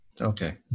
Okay